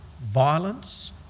violence